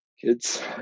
kids